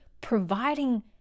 providing